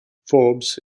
forbes